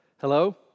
Hello